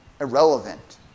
irrelevant